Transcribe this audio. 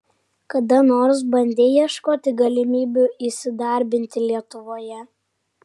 kada nors bandei ieškoti galimybių įsidarbinti lietuvoje